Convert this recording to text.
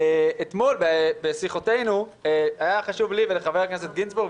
אתמול בשיחותינו היה חשוב לי ולחבר הכנסת גינזבורג,